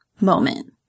moment